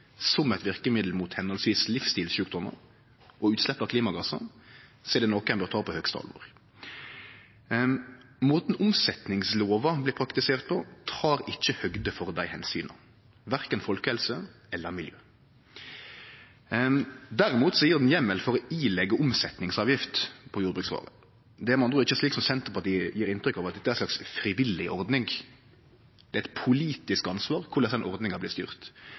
som eit verkemiddel mot høvesvis livsstilssjukdommar og utslepp av klimagassar, er det noko ein bør ta på største alvor. Måten omsetningslova blir praktisert på, tek ikkje høgde for dei omsyna, korkje folkehelse eller miljø. Derimot gjev den heimel for å påleggje omsetningsavgift på jordbruksvarer. Det er med andre ord ikkje slik Senterpartiet gjev inntrykk av, at dette er ei slags frivillig ordning. Det er eit politisk ansvar korleis denne ordninga blir styrt.